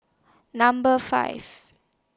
Number five